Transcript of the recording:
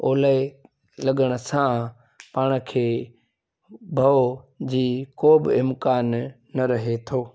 ओलय लॻण सां पाण खे भउ जी को बि इम्कानु न रहे थो